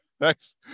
Thanks